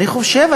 אני חושב,